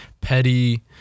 petty